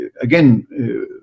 again